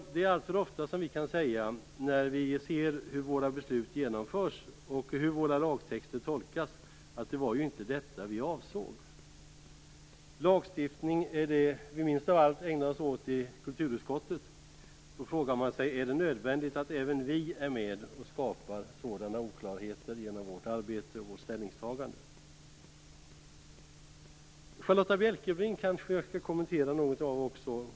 Vi kan allt för ofta, när vi ser hur våra beslut genomförs och hur våra lagtexter tolkas, säga att det inte var detta vi avsåg. Lagstiftning är det vi minst av allt ägnar oss åt i kulturutskottet. Då frågar man sig: Är det nödvändigt att även vi är med och skapar sådana oklarheter genom vårt arbete och vårt ställningstagande? Jag kanske också skall kommentera något av vad Charlotta Bjälkebring sade.